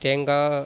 தேங்காய்